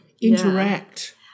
Interact